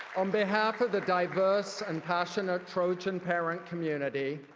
on behalf of the diverse and passionate trojan parent community,